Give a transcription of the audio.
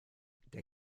der